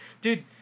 dude